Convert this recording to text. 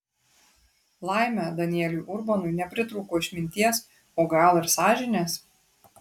laimė danieliui urbonui nepritrūko išminties o gal ir sąžinės